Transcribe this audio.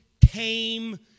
tame